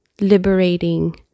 liberating